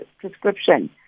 prescription